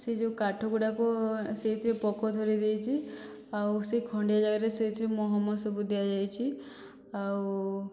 ସିଏ ଯେଉଁ କାଠ ଗୁଡ଼ାକ ସେଇଥିରେ ପୋକ ଧରି ଦେଇଛି ଆଉ ସେହି ଖଣ୍ଡିଆ ଜାଗାରେ ସେଇଥିରେ ମହମ ସବୁ ଦିଆଯାଇଛି ଆଉ